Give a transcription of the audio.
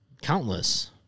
countless